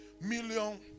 million